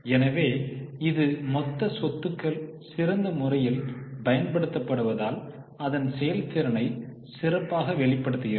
எனவே இது மொத்த சொத்துக்கள் சிறந்த முறையில் பயன்படுத்துவதால் அதன் செயல்திறனை சிறப்பாக வெளிப்படுத்துகிறது